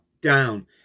down